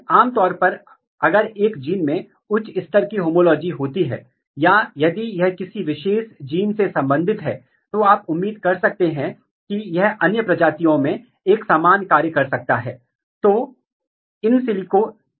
यदि वे अलग अलग पाथवे में काम कर रहे हैं तो इसका मतलब है कि एक से अधिक समानांतर पाथवे चल रहे हैं और दोनों समानांतर पाथवे हैं वे एक ही जैविक प्रक्रिया को विनियमित रेगुलेट कर रहे हैं लेकिन यदि वे एक ही पाथवे में काम कर रहे हैं तो आपको स्थापित करना होगा जीन अपस्ट्रीम है जो जीन डाउनस्ट्रीम है